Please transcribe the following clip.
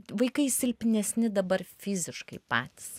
vaikai silpnesni dabar fiziškai patys